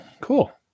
cool